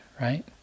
right